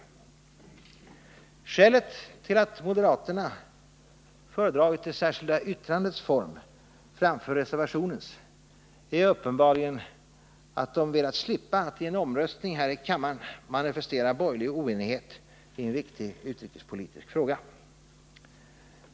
Skälet till att moderaterna föredragit det särskilda yttrandets form framför reservationens är uppenbarligen att de velat slippa att i en omröstning här i kammaren manifestera borgerlig oenighet i en viktig utrikespolitisk fråga.